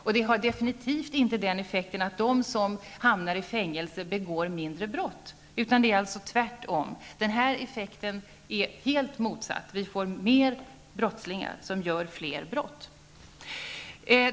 Och det har absolut inte den effekten att de som hamnar i fängelse begår färre brott, utan det är alltså tvärtom. Denna effekt är helt motsatt. Man får fler brottslingar som begår fler brott.